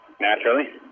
Naturally